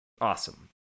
Awesome